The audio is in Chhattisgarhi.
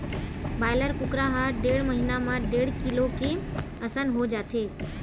बायलर कुकरा ह डेढ़ महिना म डेढ़ किलो के असन हो जाथे